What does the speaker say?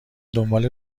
دنبال